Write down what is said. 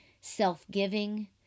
self-giving